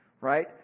Right